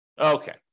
Okay